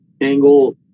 angle